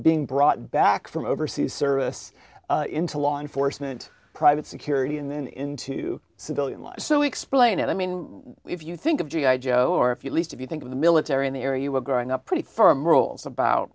being brought back from overseas service into law enforcement private security and then into civilian life so explain it i mean if you think of g i joe or if you least if you think of the military in the area you were growing up pretty firm rules about